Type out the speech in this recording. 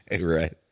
Right